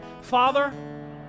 Father